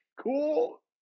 Cool